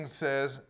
says